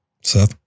Seth